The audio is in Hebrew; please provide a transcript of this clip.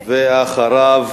אחריו,